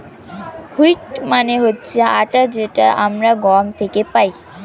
wheat মানে হচ্ছে আটা যেটা আমরা গম থেকে পাই